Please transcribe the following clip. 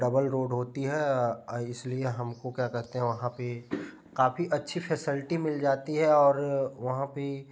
double road होती हैं इसलिए हमको क्या कहते हैं वहाँ पर काफ़ी अच्छी फैसलटी मिल जाती है और वहाँ पर